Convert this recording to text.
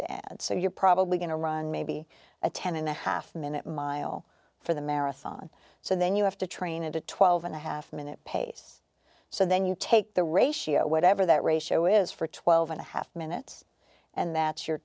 to add so you're probably going to run maybe a ten and a half minute mile for the marathon so then you have to train at a twelve and a half minute pace so then you take the ratio whatever that ratio is for twelve and a half minutes and that's your